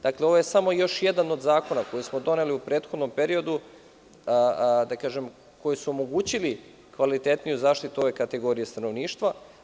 Dakle, ovo je samo još jedan od zakona koji smo doneli u prethodnom periodu, da kažem, koji su omogućili kvalitetniju zaštitu ove kategorije stanovništva.